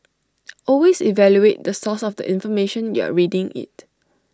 always evaluate the source of the information you're reading IT